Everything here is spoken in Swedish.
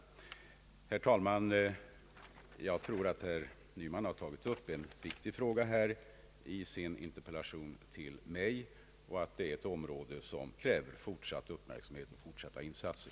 Herr talman! Jag tror att herr Nyman har tagit upp en viktig fråga i sin interpellation till mig och att det är ett område som kräver fortsatt uppmärksamhet och fortsatta insatser.